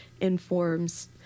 informs